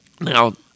Now